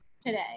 today